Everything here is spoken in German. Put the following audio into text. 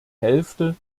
hälfte